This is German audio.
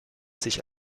sich